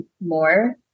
more